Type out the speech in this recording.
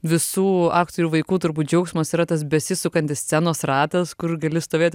visų aktorių vaikų turbūt džiaugsmas yra tas besisukantis scenos ratas kur gali stovėt